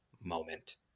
moment